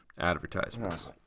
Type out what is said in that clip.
advertisements